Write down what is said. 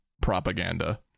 propaganda